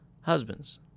Husbands